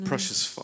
Precious